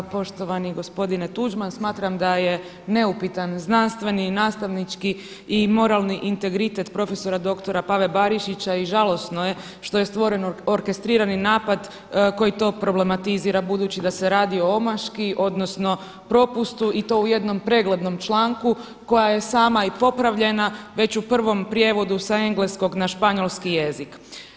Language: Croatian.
Poštovani gospodine Tuđman, smatram da je neupitan znanstveni, nastavnički i moralni integritet profesora doktora Pave Barišića i žalosno je što je stvoren orkestrirani napad koji to problematizira budući da se radi o omaški odnosno propustu i to u jednom preglednom članku koja je sama i popravljena već u prvom prijevodu sa engleskog na španjolski jezik.